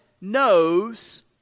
knows